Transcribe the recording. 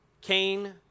Cain